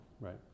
right